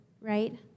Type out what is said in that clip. right